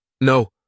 No